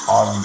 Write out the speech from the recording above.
on